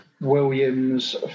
Williams